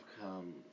come